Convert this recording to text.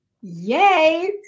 Yay